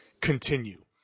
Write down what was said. continue